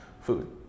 food